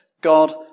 God